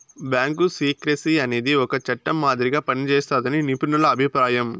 bank secrecy అనేది ఒక చట్టం మాదిరిగా పనిజేస్తాదని నిపుణుల అభిప్రాయం